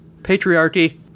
Patriarchy